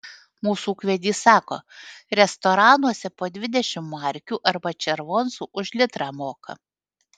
mūsų ūkvedys sako restoranuose po dvidešimt markių arba červoncų už litrą moka